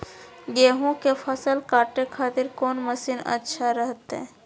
गेहूं के फसल काटे खातिर कौन मसीन अच्छा रहतय?